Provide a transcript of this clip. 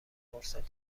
فرصت